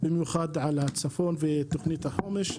במיוחד על הצפון ותכנית החומש.